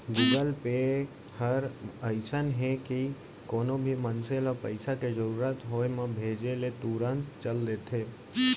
Google Pay हर अइसन हे कि कोनो भी मनसे ल पइसा के जरूरत होय म भेजे ले तुरते चल देथे